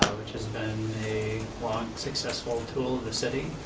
which has been a long successful tool to study,